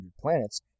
planets